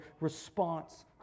response